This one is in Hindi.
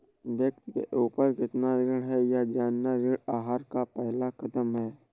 व्यक्ति के ऊपर कितना ऋण है यह जानना ऋण आहार का पहला कदम है